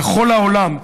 בכל העולם,